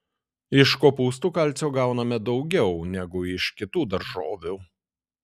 iš kopūstų kalcio gauname daugiau negu iš kitų daržovių